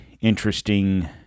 interesting